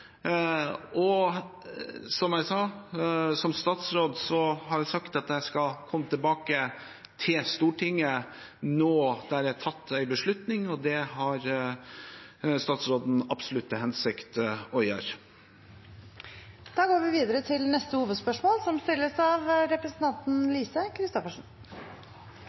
Og som jeg sa: Som statsråd har jeg sagt at jeg skal komme tilbake til Stortinget når det er tatt en beslutning, og det har statsråden absolutt til hensikt å gjøre. Da går vi videre til neste hovedspørsmål.